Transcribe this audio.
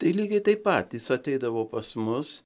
tai lygiai taip pat jis ateidavo pas mus